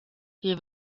wir